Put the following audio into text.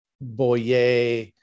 Boyer